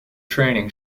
training